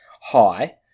high